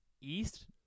East